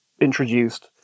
introduced